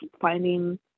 finding